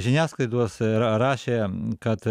žiniasklaidos ra rašė kad